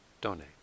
donate